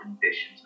conditions